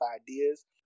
ideas